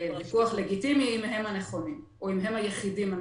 ויכוח לגיטימי אם הם הנכונים או אם הם היחידים הנכונים?